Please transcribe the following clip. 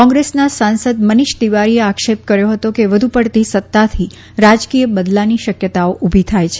કોંગ્રેસના સાંસદ મનીષ તિવારીએ આક્ષેપ કર્યો હતો કે વધુ પડતી સત્તાથી રાજકીય બદલાની શકયતાઓ ઉલી થાય છે